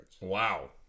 Wow